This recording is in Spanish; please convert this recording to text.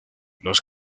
los